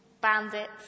bandits